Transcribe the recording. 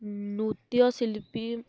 ନୃତ୍ୟଶିଳ୍ପୀ